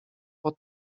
pod